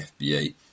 FBA